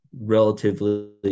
relatively